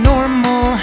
Normal